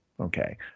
Okay